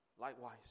Likewise